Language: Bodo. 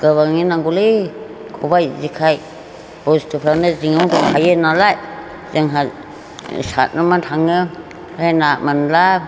गोबांयैनो नांगौ खाबाइ जेखाइ बुस्थुफ्रानो जोंनाव दंखायोनालाय जोंहा दै साथनोबो थाङो ओमफ्राय ना मोनब्ला